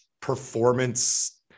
performance